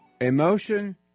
Emotion